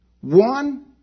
One